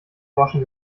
groschen